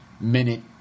minute